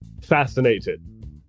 fascinated